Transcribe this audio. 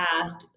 past